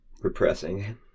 Repressing